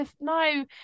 No